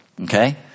Okay